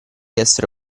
essere